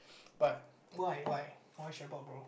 but why why why chef bob bro